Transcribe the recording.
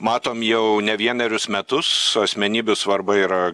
matom jau ne vienerius metus asmenybių svarba yra